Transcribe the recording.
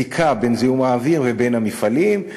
זיקה בין זיהום האוויר לבין המפעלים.